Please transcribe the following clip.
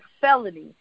felony